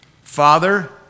Father